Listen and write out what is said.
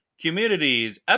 communities